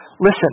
listen